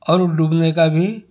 اور وہ ڈوبنے کا بھی